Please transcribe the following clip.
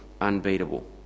unbeatable